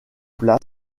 place